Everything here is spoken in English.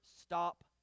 stop